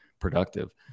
productive